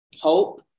hope